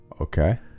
Okay